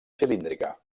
cilíndrica